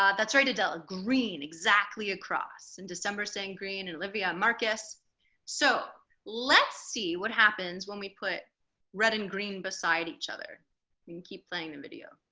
ah that's right adela green exactly across in december saying green and olivia marcus so let's see what happens when we put red and green beside each other and keep playing the video